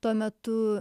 tuo metu